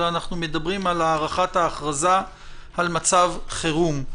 אלא אנחנו מדברים על הארכת ההכרזה על מצב חירום.